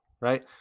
right